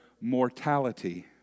mortality